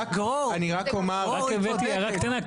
רק הבאתי הערה קטנה.